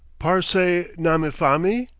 parsee namifami?